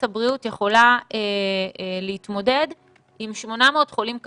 הבריאות יכולה להתמודד עם 800 חולים קשים.